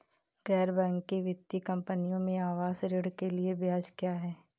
गैर बैंकिंग वित्तीय कंपनियों में आवास ऋण के लिए ब्याज क्या है?